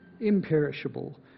imperishable